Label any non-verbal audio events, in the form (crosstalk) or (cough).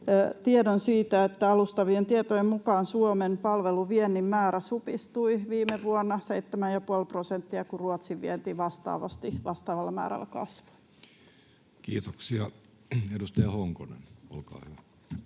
tiedon siitä, että alustavien tietojen mukaan Suomen palveluviennin määrä supistui viime vuonna seitsemän ja puoli prosenttia, (noise) kun Ruotsin vienti vastaavasti vastaavalla määrällä kasvoi. Kiitoksia. — Edustaja Honkonen, olkaa hyvä.